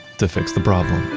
to fix the problem